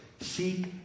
seek